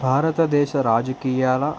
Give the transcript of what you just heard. భారతదేశ రాజకీయాల